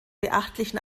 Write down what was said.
beachtlichen